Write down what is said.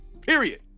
Period